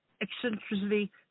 eccentricity